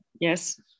yes